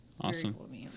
Awesome